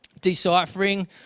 deciphering